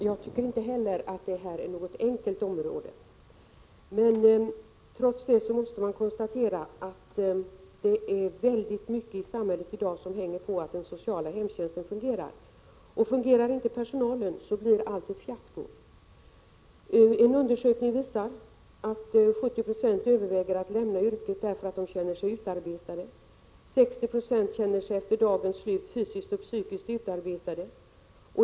Herr talman! Inte heller jag tycker att detta är något enkelt område. Vi måste konstatera att väldigt mycket i samhället i dag hänger på att den sociala hemtjänsten fungerar, och fungerar inte personalen, så blir allt ett fiasko. En undersökning visar att 70 70 överväger att lämna yrket på grund av att de känner sig utarbetade. 60 90 känner sig efter dagens slut psykiskt och fysiskt utarbetade.